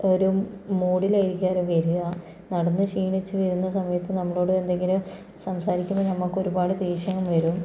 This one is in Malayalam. ഒരു മൂഡിലായിരിക്കും അവരെ വരിക നടന്ന് ക്ഷീണിച്ച് വരുന്ന സമയത്ത് നമ്മളോട് എന്തെങ്കിലും സംസാരിക്കുമ്പോൾ നമ്മക്കൊരുപാട് ദേഷ്യം വരും